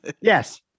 Yes